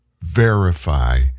verify